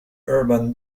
urban